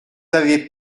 avais